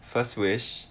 first wish